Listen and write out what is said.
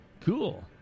Cool